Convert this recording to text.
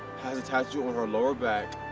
has a tattoo on her lower back,